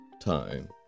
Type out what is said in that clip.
time